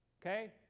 okay